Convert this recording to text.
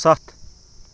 سَتھ